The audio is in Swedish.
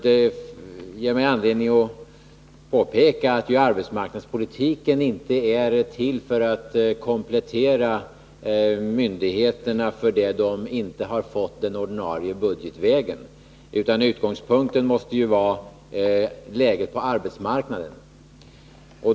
Det ger mig anledning att påpeka att arbetsmarknadspolitiken inte är till för att komplettera vad myndigheterna inte har fått den ordinarie budgetvägen, utan utgångspunkten måste vara läget på arbetsmarknaden.